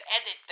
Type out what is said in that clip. edit